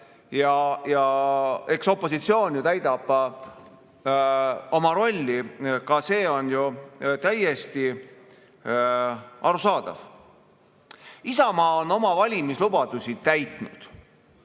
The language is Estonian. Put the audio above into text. ja eks opositsioon täidab oma rolli, ka see on ju täiesti arusaadav. Isamaa on oma valimislubadusi täitnud.